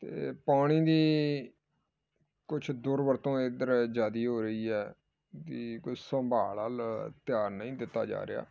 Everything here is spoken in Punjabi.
ਅਤੇ ਪਾਣੀ ਦੀ ਕੁਛ ਦੁਰਵਰਤੋਂ ਇੱਧਰ ਜ਼ਿਆਦਾ ਹੋ ਰਹੀ ਹੈ ਦੀ ਕੋਈ ਸੰਭਾਲ ਵੱਲ ਧਿਆਨ ਨਹੀਂ ਦਿੱਤਾ ਜਾ ਰਿਹਾ